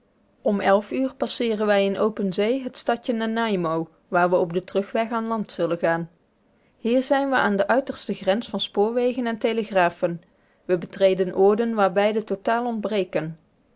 om elf uur passeeren wij in open zee het stadje nanaimo waar we op den terugweg aan land zullen gaan hier zijn we aan de uiterste grens van spoorwegen en telegrafen we betreden oorden waar beide totaal ontbreken